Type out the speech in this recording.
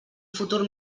futur